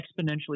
exponentially